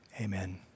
Amen